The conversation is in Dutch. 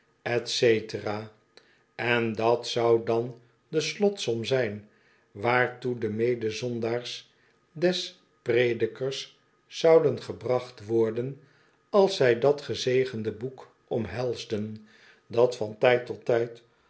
en dat zou dan de slotsom zijn waartoe de medezondaars des predikers zouden gebracht worden als zij dat gezegende boek omhelsden dat van tijd tot tijd